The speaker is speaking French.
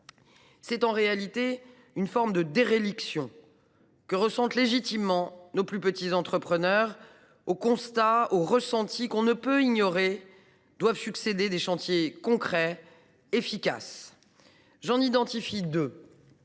C’est en réalité une forme de déréliction que ressentent légitimement nos plus petits entrepreneurs. C’est pourquoi aux constats et aux ressentis que l’on ne peut ignorer doivent succéder des chantiers concrets et efficaces. J’en identifie deux.